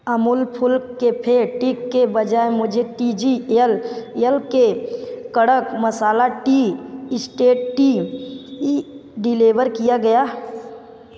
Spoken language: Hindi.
अमूल फुल कैफ़े ड्रिंक के बजाय मुझे टी जी एल के कड़क masala tea instant tea deliver किया गया